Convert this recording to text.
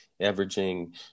averaging